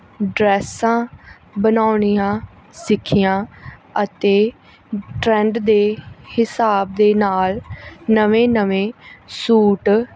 ਡਰੈਸਾਂ ਬਣਾਉਣੀਆਂ ਸਿੱਖੀਆਂ ਅਤੇ ਟਰੈਂਡ ਦੇ ਹਿਸਾਬ ਦੇ ਨਾਲ ਨਵੇਂ ਨਵੇਂ ਸੂਟ